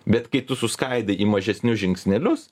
bet kai tu suskaidai į mažesnius žingsnelius